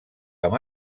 amb